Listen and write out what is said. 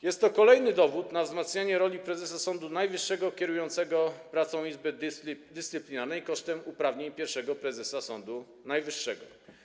Jest to kolejny dowód na wzmacnianie roli prezesa Sądu Najwyższego kierującego pracą Izby Dyscyplinarnej kosztem uprawnień pierwszego prezesa Sądu Najwyższego.